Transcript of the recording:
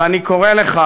ואני קורא לך,